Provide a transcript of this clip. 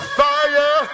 fire